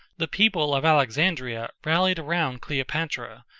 the people of alexandria rallied around cleopatra,